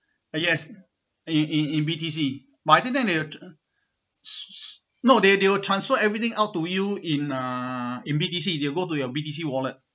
yes in in in B_T_C but I think then no they they will transfer everything out to you in uh in B_T_C they will go to your B_T_C wallet